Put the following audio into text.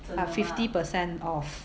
but fifty percent off